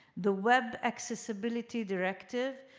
the web accessibility directive.